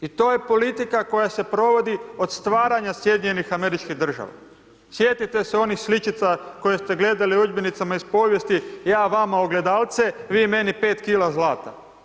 I to je politika koja se provodi od stvaranja SAD-a, sjetite se onih sličica koje ste gledali u udžbenicima iz povijesti, ja vama ogledalce vi meni 5 kila zlata.